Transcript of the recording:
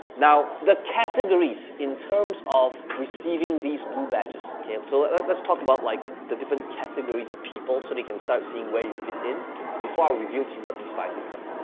now, the categories in terms of receiving these blue badges. so let's let's talk about like the different categories of people so they can start seeing where you fit in before i reveal to you what these five things are.